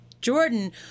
Jordan